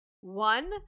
One